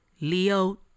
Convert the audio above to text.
Leo